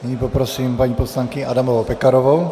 Nyní poprosím paní poslankyni Adamovou Pekarovou.